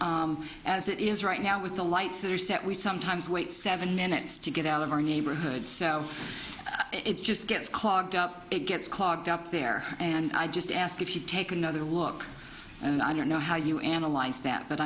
problems as it is right now with the lights there is that we sometimes wait seven minutes to get out of our neighborhood so it just gets clogged up it gets clogged up there and i just ask if you take another look and i don't know how you analyze that but